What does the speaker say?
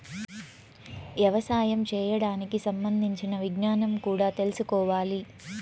యవసాయం చేయడానికి సంబంధించిన విజ్ఞానం కూడా తెల్సుకోవాలి